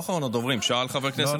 השר,